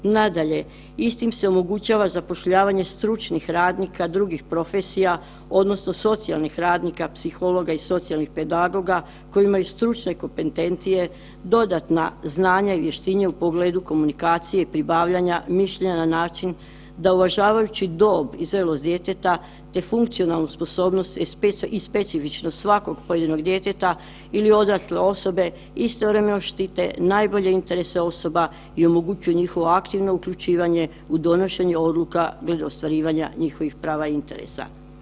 Nadalje, istim se omogućava zapošljavanje stručnih radnika drugih profesija odnosno socijalnih radnika, psihologa i socijalnih pedagoga koji imaju stručne kompetencije, dodatna znanja i vještine u pogledu komunikacije pribavljanja mišljenja na način da uvažavajući dob i zrelost djeteta te funkcionalnu sposobnost i specifičnost svakog pojedinog djeteta ili odrasle osobe istovremeno štite najbolje interese osoba i omogućuju njihovo aktivno uključivanje u donošenje odluka glede ostvarivanja njihovih prava i interesa.